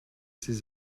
ses